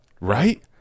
right